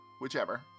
Whichever